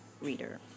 reader